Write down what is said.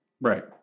Right